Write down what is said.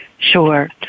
Sure